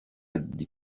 gitari